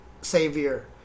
Savior